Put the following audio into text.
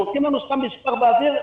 זורקים לנו סתם מספר באוויר,